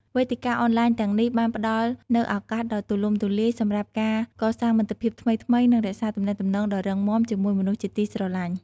វេទិកាអនឡាញទាំងនេះបានផ្តល់នូវឱកាសដ៏ទូលំទូលាយសម្រាប់ការកសាងមិត្តភាពថ្មីៗ និងរក្សាទំនាក់ទំនងដ៏រឹងមាំជាមួយមនុស្សជាទីស្រឡាញ់។